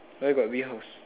where got we horse